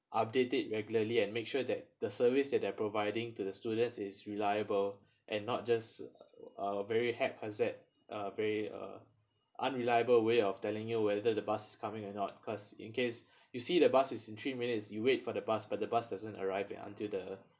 update it regularly and make sure that the service that they're providing to the students is reliable and not just uh very hate concept uh very uh unreliable way of telling your whether the bus is coming or not cause in case you see the bus is in three minutes you wait for the bus but the bus doesn't arrive it until the